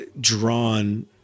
drawn